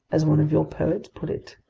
as one of your poets put it.